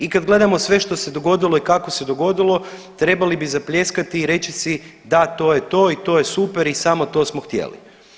I kad gledamo sve što se dogodilo i kako se dogodilo trebali bi zapljeskati i reći si da, to je to i to je super i samo to smo htjeli.